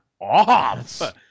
off